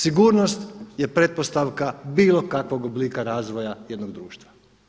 Sigurnost je pretpostavka bilo kakvog oblika razvoja jednog društva.